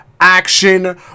action